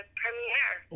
premiere